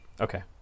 Okay